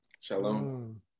Shalom